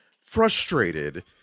frustrated